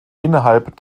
innerhalb